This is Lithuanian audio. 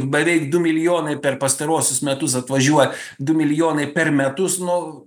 beveik du milijonai per pastaruosius metus atvažiuoja du milijonai per metus nu